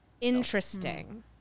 Interesting